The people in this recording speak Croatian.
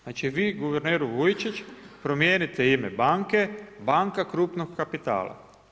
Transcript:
Znači vi guverneru Vujčić promijenite ime banke, banka krupnog kapitala.